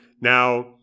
Now